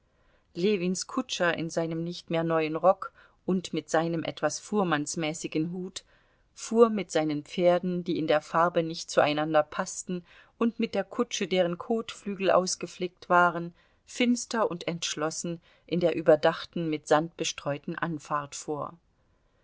ljewins kutscher in seinem nicht mehr neuen rock und mit seinem etwas fuhrmannsmäßigen hut fuhr mit seinen pferden die in der farbe nicht zueinander paßten und mit der kutsche deren kotflügel ausgeflickt waren finster und entschlossen in der überdachten mit sand bestreuten anfahrt vor